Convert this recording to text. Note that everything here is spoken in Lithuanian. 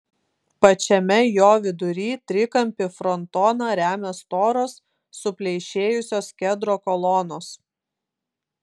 pačiame jo vidury trikampį frontoną remia storos supleišėjusios kedro kolonos